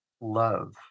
love